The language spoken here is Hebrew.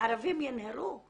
הערבים ינהרו?